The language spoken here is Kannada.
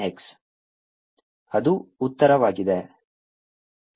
57x ಅದು ಉತ್ತರವಾಗಿದೆ